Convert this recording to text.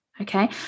okay